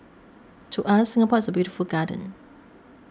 to us Singapore is a beautiful garden